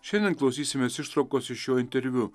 šiandien klausysimės ištraukos iš jo interviu